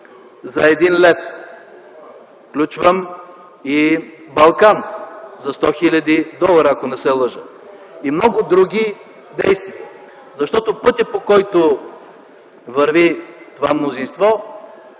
за 1 лв., включвам и „Балкан” за 100 хил. долара, ако не се лъжа и много други действия, защото пътят, по който върви това мнозинство,